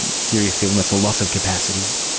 and serious illness or loss of capacity?